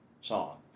song